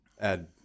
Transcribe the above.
add